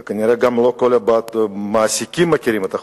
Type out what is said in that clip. וכנראה גם לא כל המעסיקים מכירים את החוק.